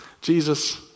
Jesus